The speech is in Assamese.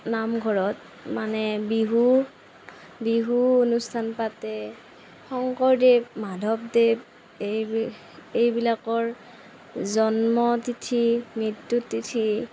নামঘৰত মানে বিহু বিহু অনুষ্ঠান পাতে শংকৰদেৱ মাধৱদেৱ এইবি এইবিলাকৰ জন্ম তিথি মৃত্য়ু তিথি